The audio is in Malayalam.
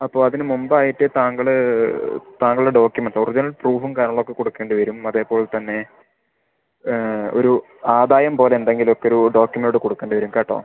അപ്പോൾ അതിന് മുമ്പായിട്ട് താങ്കൾ താങ്കളുടെ ഡോക്യൂമെൻറ്റ് ഒറിജിനൽ പ്രൂഫും കാര്യങ്ങളൊക്കെ കൊടുക്കേണ്ടി വരും അതേപോലെത്തന്നെ ഒരു ആദായം പോലെ എന്തെങ്കിലും ഒക്കെ ഒരു ഡോക്യൂമെൻറ്റ് കൊടുക്കേണ്ടി വരും കേട്ടോ